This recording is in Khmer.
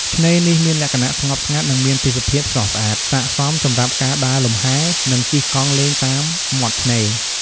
ឆ្នេរនេះ មានលក្ខណៈស្ងប់ស្ងាត់ និងមានទេសភាពស្រស់ស្អាត ស័ក្តិសមសម្រាប់ការដើរលំហែ និងជិះកង់លេងតាមមាត់ឆ្នេរ។